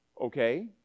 Okay